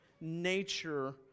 nature